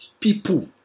people